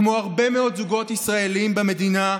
כמו הרבה מאוד זוגות ישראלים במדינה,